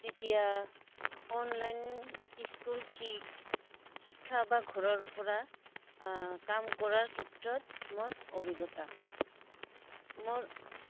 এতিয়া online school শিক্ষা বা ঘৰৰ পৰা কাম কৰাৰ ক্ষেত্ৰত মোৰ অভিজ্ঞতা মোৰ